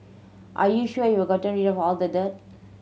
are you sure you're gotten rid of all the dirt